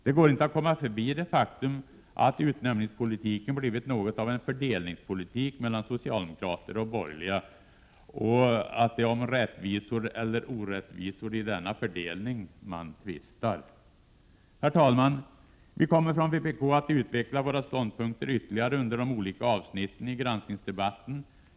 Det går inte att komma förbi det faktum att utnämningspolitiken blivit något av en politik för fördelning mellan socialdemokrater och borgerliga och att det är om rättvisor eller orättvisor i denna fördelning man tvistar. Herr talman! Vi kommer från vpk att utveckla våra ståndpunkter ytterligare under de olika avsnitten i granskningsdebatten.